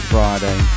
Friday